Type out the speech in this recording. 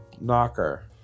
Knocker